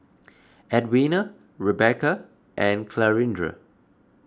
Edwina Rebeca and Clarinda